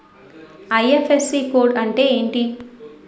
IFSC code అంటే ఏంటి?